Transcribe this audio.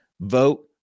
vote